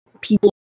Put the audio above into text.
people